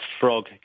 Frog